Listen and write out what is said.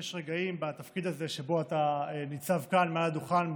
יש רגעים בתפקיד הזה שבו אתה ניצב כאן מעל הדוכן,